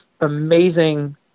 amazing